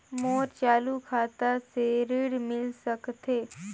मोर चालू खाता से ऋण मिल सकथे?